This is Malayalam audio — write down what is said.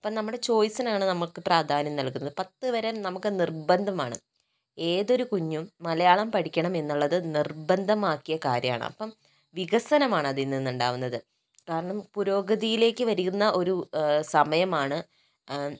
അപ്പോൾ നമ്മുടെ ചോയ്സിനാണ് നമുക്ക് പ്രാധാന്യം നൽകുന്നത് പത്ത് വരെ നമുക്ക് നിർബന്ധമാണ് ഏതൊരു കുഞ്ഞും മലയാളം പഠിക്കണം എന്നുള്ളത് നിർബന്ധമാക്കിയ കാര്യമാണ് അപ്പോൾ വികസനമാണ് അതിൽ നിന്ന് ഉണ്ടാകുന്നത് കാരണം പുരോഗതിയിലേക്ക് വരുന്ന ഒരു സമയം ആണ്